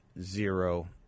zero